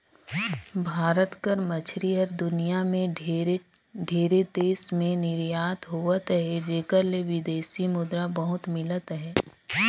भारत कर मछरी हर दुनियां में ढेरे देस में निरयात होवत अहे जेकर ले बिदेसी मुद्रा बहुत मिलत अहे